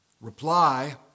reply